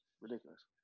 Ridiculous